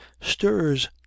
stirs